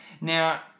Now